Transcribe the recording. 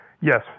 Yes